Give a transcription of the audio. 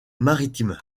maritime